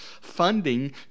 Funding